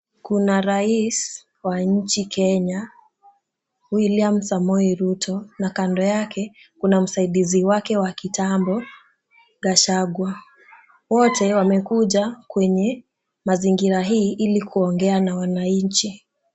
Kuna rais wa nchi Kenya William Samoei Ruto na kando yake kuna msaidizi wake wa kitambo Gachagwa. Wote wamekuja kwenye mazingira hii ili kuongea na wananchi.